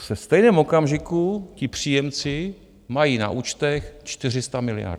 Ve stejném okamžiku příjemci mají na účtech 400 miliard.